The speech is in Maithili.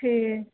ठीक